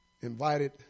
invited